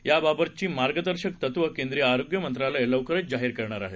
याबाबतची मार्गदर्शक तत्व केंद्रीय आरोग्य मंत्रालय लवकरच जाहीर करणार आहे